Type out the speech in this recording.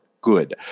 good